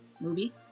movie